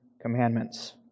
commandments